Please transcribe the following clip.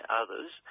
others